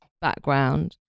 background